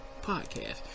podcast